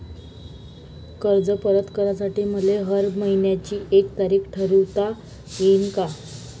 कर्ज परत करासाठी मले हर मइन्याची एक तारीख ठरुता येईन का?